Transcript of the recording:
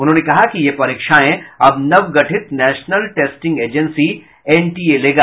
उन्होंने कहा कि ये परीक्षाएं अब नव गठित नेशनल टेस्टिंग एजेंसी एनटीए लेगा